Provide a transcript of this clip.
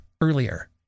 earlier